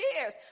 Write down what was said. years